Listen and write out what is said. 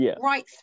right